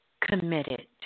committed